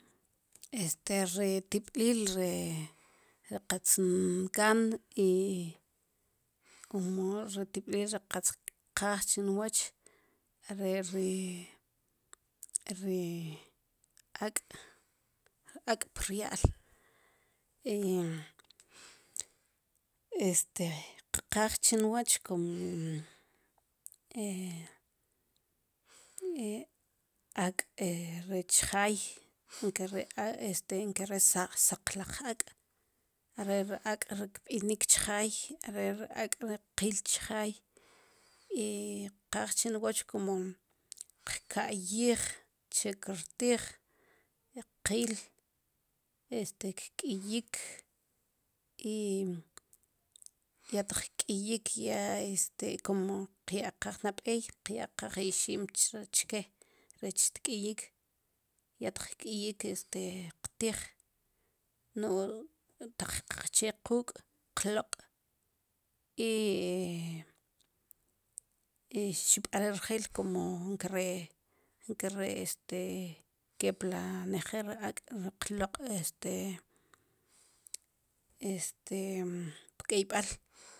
Este ri tib'liil ri qatz ngaan i ri tib'liil ri qatz kqaaj chinwoch are' ri ri ak', ak' prya'aal este kqaaj chinwoch como ak' rech jaay nkare' ak' saq laj ak' are' ri ak' ri kb'inik chjaay, are' ri ak' ri qil chjaay i kqaaj chin woch como qka'yij che kirtij i qil este kk'iyik i ya taq kk'iyik ya este como qyaqaj nab'ey qyaqaj ixiim chre chke rech tk'iyik ya taq kk'iyik este qtij nu'j taq qache quuk' qloq' i xib'al rjil como nkare' nkare' este kepla nejel ri ak' qloq' este este pk'eyb'al